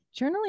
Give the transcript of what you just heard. Journaling